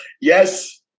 Yes